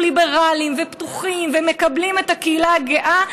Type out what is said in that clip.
ליברלים ופתוחים ומקבלים את הקהילה הגאה,